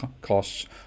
costs